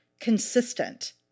consistent